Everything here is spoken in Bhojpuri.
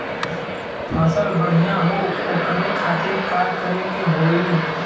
फसल बढ़ियां हो ओकरे खातिर का करे के होई?